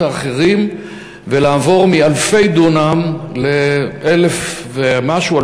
האחרים ולעבור מאלפי דונם ל-1,000 ומשהו,